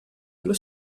della